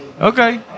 Okay